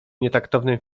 nietaktownym